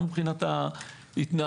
גם מבחינת ההתנהלות,